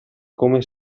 come